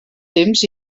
temps